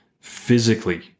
physically